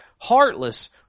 Heartless